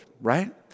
right